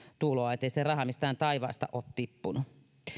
tuloa ei se raha mistään taivaasta ole tippunut